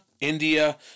India